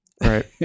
Right